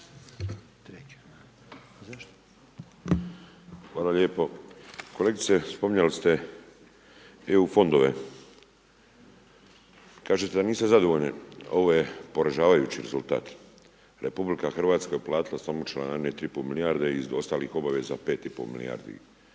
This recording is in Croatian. Hvala lijepo. Kolegice spominjali ste EU fondove, kažete da niste zadovoljni, ovo je poražavajući rezultat. RH je platila samo članarine 3,5 milijarde i iz ostalih obaveza 5,5 milijardi